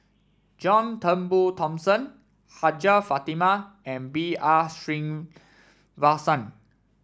John Turnbull Thomson Hajjah Fatimah and B R Sreenivasan